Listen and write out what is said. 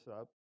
up